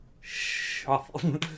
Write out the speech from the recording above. shuffle